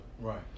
right